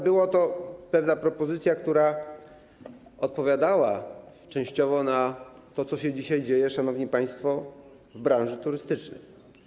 Była to pewna propozycja, która odpowiadała częściowo na to, co się dzisiaj dzieje, szanowni państwo, w branży turystycznej.